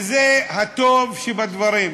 וזה הטוב שבדברים.